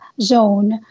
zone